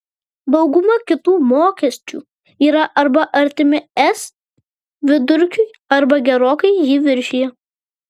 dauguma kitų mokesčių yra arba artimi es vidurkiui arba gerokai jį viršija